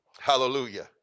Hallelujah